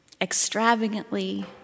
Extravagantly